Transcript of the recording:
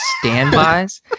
Standbys